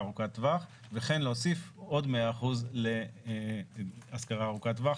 וכן להוסיף עוד 100% להשכרה ארוכת טווח.